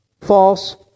false